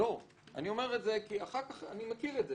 אני אומר את זה כי אני מכיר את זה.